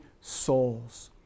souls